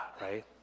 right